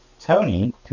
Tony